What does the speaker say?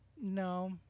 No